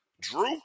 Drew